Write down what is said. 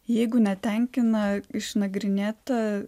jeigu netenkina išnagrinėta